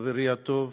חברי הטוב,